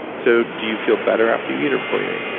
so do you feel better after you eat or before you eat?